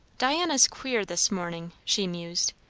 diana's queer this morning, she mused.